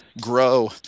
grow